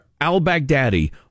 al-Baghdadi